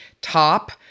top